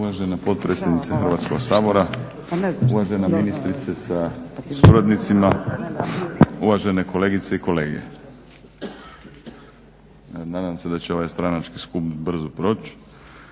Uvažena potpredsjednice Hrvatskog sabora, uvažena ministrice sa suradnicima, uvažene kolegice i kolege. Nadam se da će ovaj stranački skup brzo proć,